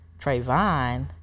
trayvon